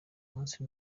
munsi